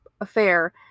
affair